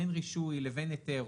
בין רישוי לבין היתר,